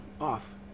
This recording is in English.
off